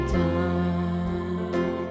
time